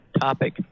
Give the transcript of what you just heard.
topic